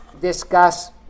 discuss